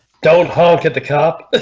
don't honk at the cop,